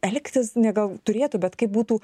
elgtis ne gal turėtų bet kaip būtų